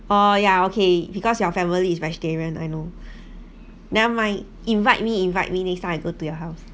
oh yeah okay because your family is vegetarian I know never mind invite me invite me next time I go to your house